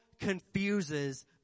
confuses